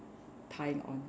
tying on